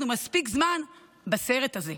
אנחנו מספיק זמן בסרט הזה.